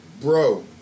Bro